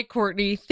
Courtney